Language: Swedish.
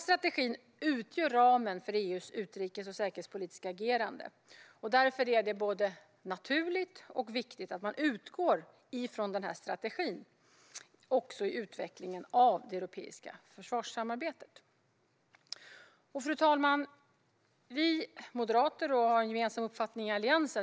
Strategin utgör ramen för EU:s utrikes och säkerhetspolitiska agerande, och därför är det både naturligt och viktigt att man utgår ifrån strategin i utvecklingen av det europeiska försvarssamarbetet. Fru talman! Vi moderater har en gemensam uppfattning med Alliansen.